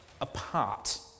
apart